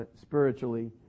spiritually